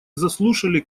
заслушали